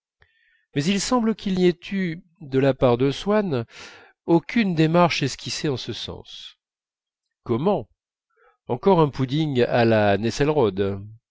mais il semble qu'il n'y ait eu de la part de swann aucune démarche esquissée en ce sens comment encore un pudding à la nesselrode